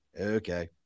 okay